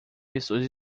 pessoas